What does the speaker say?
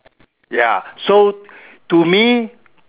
ya so to me